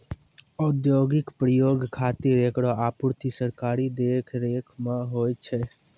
औद्योगिक प्रयोग खातिर एकरो आपूर्ति सरकारी देखरेख म होय छै